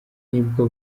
nibwo